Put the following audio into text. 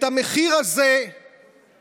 את המחיר הכלכלי,